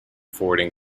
forwarding